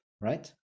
right